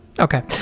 okay